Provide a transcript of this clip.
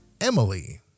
Emily